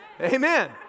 Amen